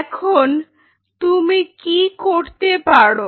এখন তুমি কি করতে পারো